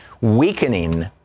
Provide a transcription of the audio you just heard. weakening